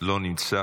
לא נמצא,